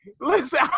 listen